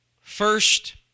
first